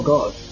God